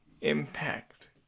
impact